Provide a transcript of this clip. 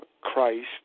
Christ